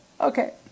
Okay